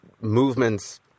movements